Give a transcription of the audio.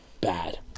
Bad